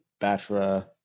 Batra